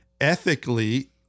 ethically